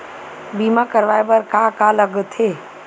बीमा करवाय बर का का लगथे?